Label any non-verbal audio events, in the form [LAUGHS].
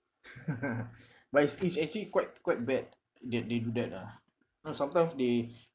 [LAUGHS] but it's it's actually quite quite bad that they do that ah no sometimes they